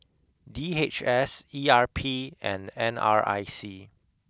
D H S E R P and N R I C